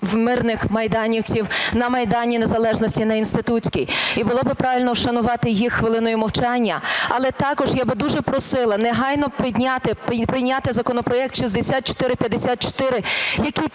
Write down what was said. мирних майданівців на Майдані Незалежності на Інститутській. І було би правильно вшанувати їх хвилиною мовчання. Але також я би дуже просила негайно прийняти законопроект 6454, який так